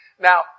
Now